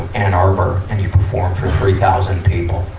ann arbor, and you performed for three thousand people.